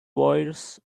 voice